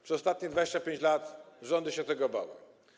Przez ostatnie 25 lat rządy się tego bały.